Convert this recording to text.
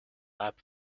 lap